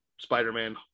Spider-Man